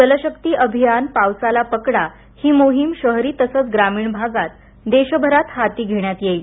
जल शक्ति अभियानः पावसाला पकडा ही मोहीम शहरी तसंच ग्रामीण भागात देशभरात हाती घेण्यात येईल